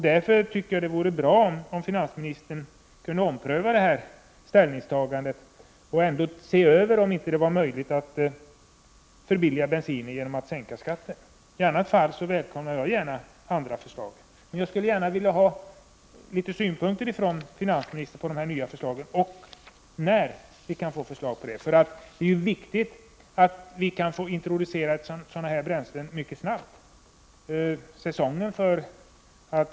Därför vore det bra om finansministern kunde ompröva sitt ställningstagande och se om det inte vore möjligt att förbilliga bensinen genom att sänka skatten. Jag välkomnar gärna andra förslag också. Jag skulle dessutom gärna vilja få finansministerns synpunkter på de nya förslagen och besked om när vi kan få förslag från honom i denna fråga. Det är nämligen viktigt att introducera nya bränslen mycket snart.